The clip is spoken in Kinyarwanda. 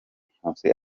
nkusi